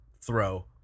throw